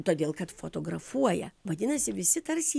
todėl kad fotografuoja vadinasi visi tarsi